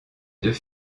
deux